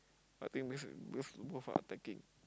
I think this is this both are attacking